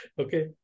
Okay